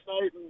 night